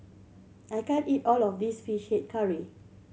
I can't eat all of this Fish Head Curry